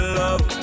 love